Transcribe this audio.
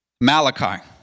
Malachi